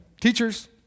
teachers